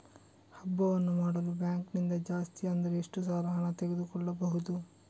ಹಬ್ಬವನ್ನು ಮಾಡಲು ಬ್ಯಾಂಕ್ ನಿಂದ ಜಾಸ್ತಿ ಅಂದ್ರೆ ಎಷ್ಟು ಸಾಲ ಹಣ ತೆಗೆದುಕೊಳ್ಳಬಹುದು?